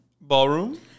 Ballroom